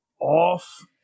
off